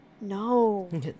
No